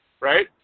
right